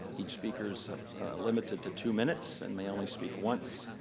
each speaker is limited to two minutes and may only speak once.